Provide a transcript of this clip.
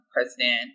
president